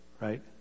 right